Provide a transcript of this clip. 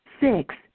Six